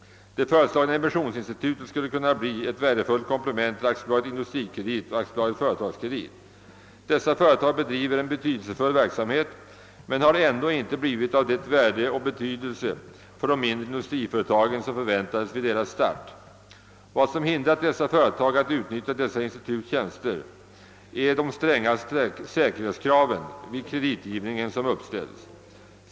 Det föreslagna emissionsinstitutet skulle kunna bli ett värdefullt komplement till AB Industrikredit och AB Företagskredit. Dessa företag bedriver en viktig verksamhet men har ändå inte blivit av det värde och den betydelse för de mindre industriföretagen som man förväntade vid starten. Vad som hindrat de mindre industriföretagen att utnyttja dessa instituts tjänster är de stränga säkerhetskrav vid kreditgivningen som uppställts.